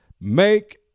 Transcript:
make